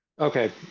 Okay